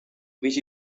which